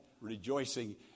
rejoicing